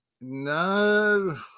no